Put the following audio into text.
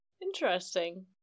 Interesting